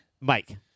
Mike